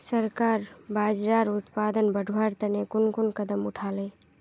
सरकार बाजरार उत्पादन बढ़वार तने कुन कुन कदम उठा ले